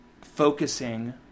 focusing